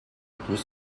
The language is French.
plus